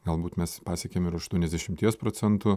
galbūt mes pasiekėm ir aštuoniasdešimties procentų